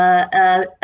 uh uh